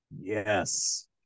Yes